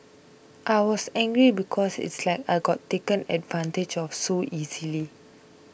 I was angry because it's like I got taken advantage of so easily